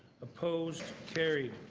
opposed? carried.